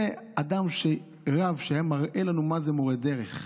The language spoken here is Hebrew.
זה אדם, רב, שהיה מראה לנו מה זה מורה דרך.